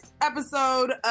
episode